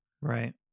Right